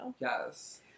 yes